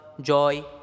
joy